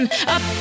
Up